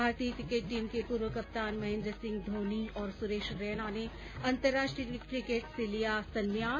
भारतीय cricket team के पूर्व कप्तान महेन्द्र सिंह धोनी और सुरेश रैना ने अंतरराष्ट्रीय किकेट से लिया संन्यास